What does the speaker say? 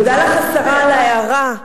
תודה לך, השרה, על ההערה.